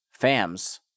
FAMS